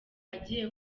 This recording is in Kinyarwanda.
agiye